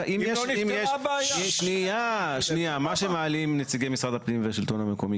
מה שמעלים כאן נציגי משרד הפנים והשלטון המקומי